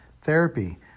therapy